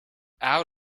out